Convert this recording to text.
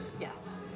yes